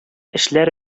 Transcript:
эшләр